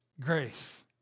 Grace